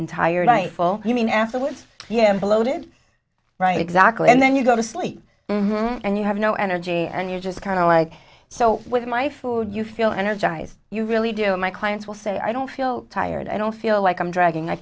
entire night full you mean afterwards him bloated right exactly and then you go to sleep and you have no energy and you're just kind of like so with my food you feel energized you really do it my clients will say i don't feel tired i don't feel like i'm dragging i